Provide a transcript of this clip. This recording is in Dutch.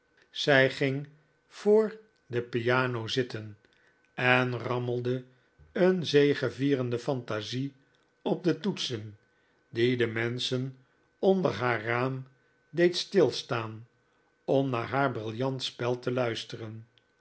zij ging voor de piano zitten en rammelde een zegevierende fantasie op de toetsen die de menschen onder haar raam deed stilstaan om naar haar brillant spel te luisteren